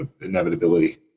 inevitability